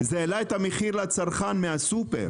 זה העלה את המחיר לצרכן בסופר.